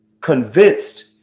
convinced